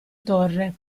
torre